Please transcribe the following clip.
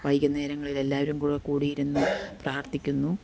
വൈകുന്നേരങ്ങളിൽ എല്ലാവരും കൂടെ കൂടിയിരുന്ന് പ്രാർത്ഥിക്കുന്നു